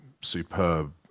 superb